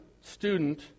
student